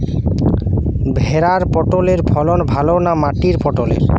ভেরার পটলের ফলন ভালো না মাটির পটলের?